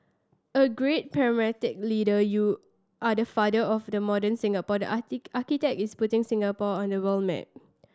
a great pragmatic leader you are the father of the modern Singapore the architect is putting Singapore on the world map